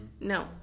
No